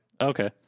Okay